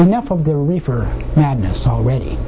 enough of the reefer madness already